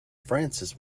francis